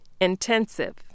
Intensive